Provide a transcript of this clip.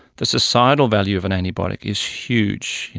the societal value of an antibiotic is huge.